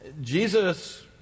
Jesus